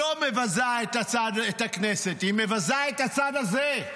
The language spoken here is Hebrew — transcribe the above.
לא מבזה את הכנסת, היא מבזה את הצד הזה.